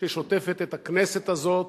ששוטפת את הכנסת הזאת,